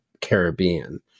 Caribbean